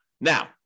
Now